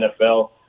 NFL